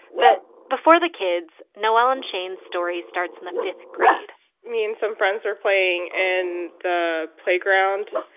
but before the kids, noelle and shane's story starts in the fifth grade me and some friends were playing in the playground.